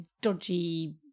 dodgy